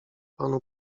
panu